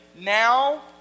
now